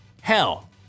Hell